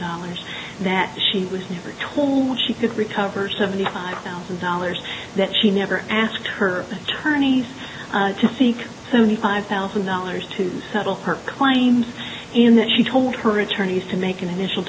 dollars that she was never told she could recover seventy five thousand dollars that she never asked her tourney's to seek thirty five thousand dollars to settle her claims in that she told her attorneys to make an initial